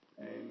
Amen